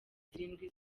zirindwi